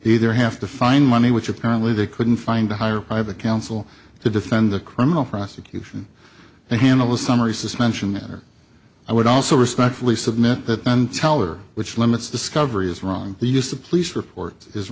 either have to find money which apparently they couldn't find to hire private counsel to defend the criminal prosecution to handle a summary suspension it or i would also respectfully submit that one teller which limits discovery is wrong the use of police reports is